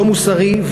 לא מוסרי,